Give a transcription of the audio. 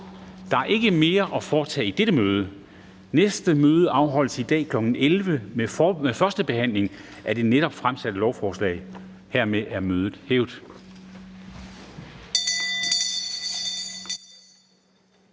Der er ikke mere at foretage i dette møde. Folketingets næste møde afholdes i dag kl. 11.00 med førstebehandlingen af det netop fremsatte lovforslag. Jeg henviser